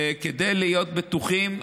כדי להיות בטוחים,